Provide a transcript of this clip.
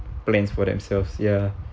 plans for themselves ya